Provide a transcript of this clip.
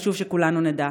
חשוב שכולנו נדע.